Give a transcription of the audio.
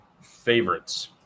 favorites